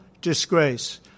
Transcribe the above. disgrace